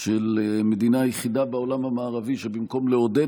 של המדינה היחידה בעולם המערבי שבמקום לעודד